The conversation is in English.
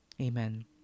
Amen